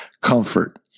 comfort